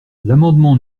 l’amendement